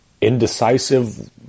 indecisive